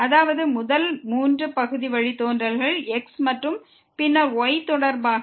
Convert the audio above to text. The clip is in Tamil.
அதாவது முதல் மூன்று பகுதி வழித்தோன்றல்கள் x மற்றும் பின்னர் y தொடர்பாக